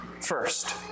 first